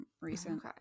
recent